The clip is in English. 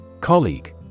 Colleague